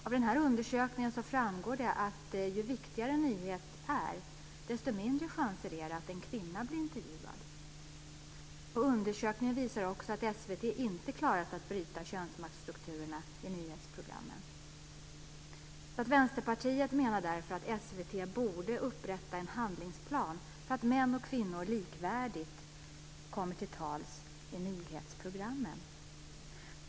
Av den undersökningen framgår det att ju viktigare en nyhet är desto mindre chanser är det att en kvinna blir intervjuad. Undersökningen visar också att SVT inte har klarat att bryta könsmaktsstrukturerna i nyhetsprogrammen. Vänsterpartiet menar därför att SVT borde upprätta en handlingsplan för att män och kvinnor likvärdigt ska komma till tals i nyhetsprogrammen.